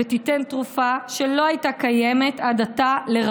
ותיתן לרבים מהנפגעים תרופה שלא הייתה קיימת עד עתה.